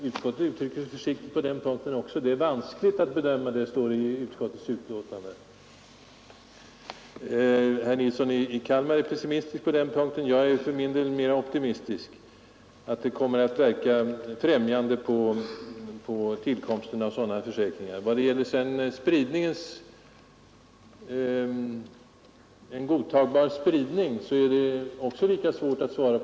Utskottet uttrycker sig försiktigt också på den punkten — det är vanskligt att bedöma denna effekt, står det i utskottets betänkande. Herr Nilsson i Kalmar är pessimistisk på den punkten. Jag är för min del mer optimistisk och tror att detta med principalansvaret kommer att verka främjande på tillkomsten av sådana försäkringar. I vad gäller en godtagbar spridning är det lika svårt att svara.